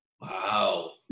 wow